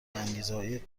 انگیزههای